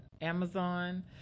Amazon